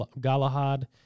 Galahad